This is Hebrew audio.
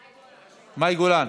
מאי גולן.